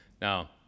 Now